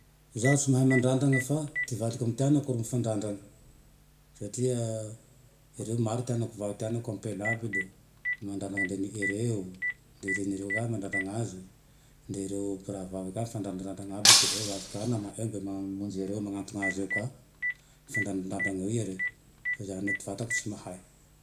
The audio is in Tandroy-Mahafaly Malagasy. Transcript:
Zaho tsy mahay mandrandrana fa ty valiko amy ty anako ro mifandrandrana. Satria reo maro ty anako va ty anako ampela iaby, le mandrandrana e reny ereo. Le reniereo ka mandrandrana aze, le reo mpirahavavy ka mifandrandrandradran'aby. Dia avy ka nama eo mba mamonjy ereo mananton'azy eo ka. Mifandrandrandrandra'eo i ereo. zaho naho ty vatako tsy mahay.